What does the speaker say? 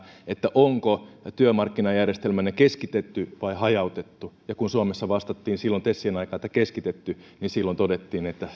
onko työmarkkinajärjestelmänne keskitetty vai hajautettu ja kun suomessa vastattiin silloin tesien aikaan että keskitetty niin silloin todettiin että